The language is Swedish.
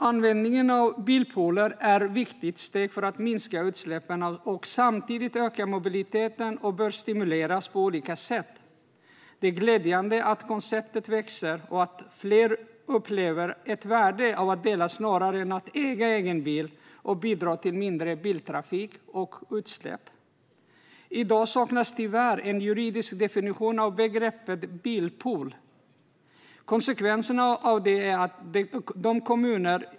Användning av bilpooler är ett viktigt steg för att minska utsläppen och samtidigt öka mobiliteten och bör stimuleras på olika sätt. Det är glädjande att konceptet växer och att allt fler upplever värdet av att dela snarare än att äga en egen bil. De bidrar därigenom till mindre biltrafik och mindre utsläpp. I dag saknas tyvärr en juridisk definition av begreppet bilpool.